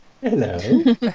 Hello